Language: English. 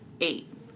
eight